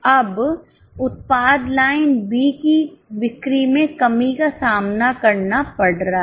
अब उत्पाद line B की बिक्री में कमी का सामना करना पड़ रहा है